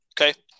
Okay